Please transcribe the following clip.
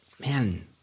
man